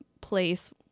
place